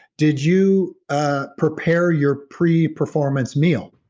did you ah prepare your pre performance meal?